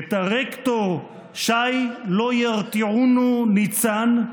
את הרקטור שי "לא ירתיעונו" ניצן,